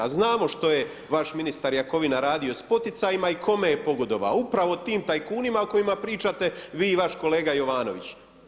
A znamo što je vaš ministar Jakovina radio sa poticajima i kome je pogodovao, upravo tim tajkunima o kojima pričate vi i vaš kolega Jovanović.